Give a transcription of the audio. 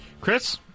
Chris